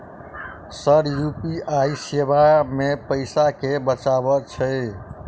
Sir UPI सेवा मे पैसा केँ बचाब छैय?